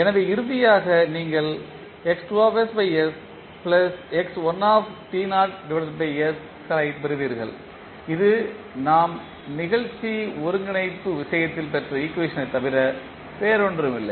எனவே இறுதியாக நீங்கள் களைப் பெறுவீர்கள் இது நாம் நிகழ்ச்சி ஒருங்கிணைப்பு விஷயத்தில் பெற்ற ஈக்குவேஷன்த் தவிர வேறொன்றுமில்லை